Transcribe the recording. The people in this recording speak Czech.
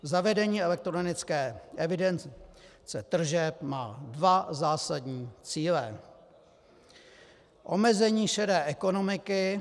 Zavedení elektronické evidence tržeb má dva zásadní cíle: Omezení šedé ekonomiky...